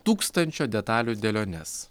tūkstančio detalių dėliones